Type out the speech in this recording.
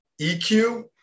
EQ